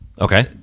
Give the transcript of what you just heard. okay